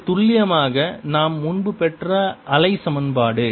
இது துல்லியமாக நாம் முன்பு பெற்ற அலை சமன்பாடு